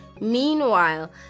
Meanwhile